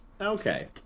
Okay